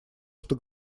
что